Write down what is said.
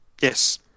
Yes